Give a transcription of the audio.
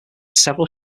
several